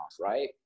right